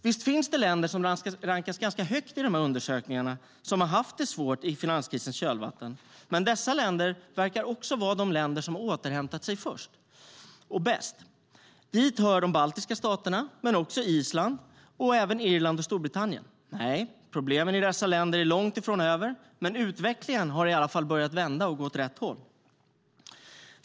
Visst finns det länder som rankas ganska högt i undersökningen som har haft det svårt i finanskrisens kölvatten, men dessa länder verkar också vara de som har återhämtat sig först och bäst. Dit hör de baltiska staterna och Island men även Irland och Storbritannien. Nej, problemen i dessa länder är långt ifrån över, men utvecklingen har i alla fall börjat vända och går åt rätt håll.